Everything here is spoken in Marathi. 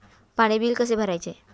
पाणी बिल कसे भरायचे?